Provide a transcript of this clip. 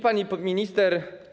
Pani Minister!